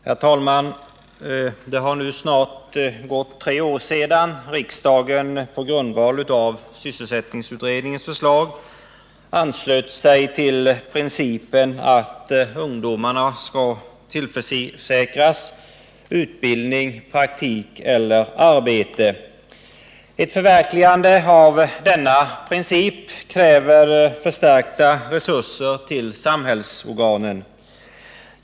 Herr talman! Det har nu snart gått tre år sedan riksdagen på grundval av sysselsättningsutredningens förslag anslöt sig till principen att ungdomarna skall tillförsäkras utbildning, praktik eller arbete. Ett förverkligande av denna princip kräver förstärkta resurser till samhällsorganen.